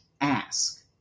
ask